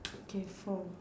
okay four